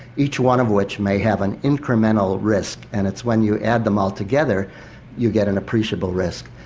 each one of which may have an incremental risk, and it's when you add them all together you get an appreciable risk.